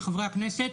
חברי הכנסת,